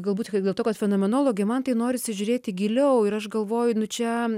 galbūt dėl to kad fenomenologė man tai norisi žiūrėti giliau ir aš galvoju nu čia